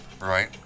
Right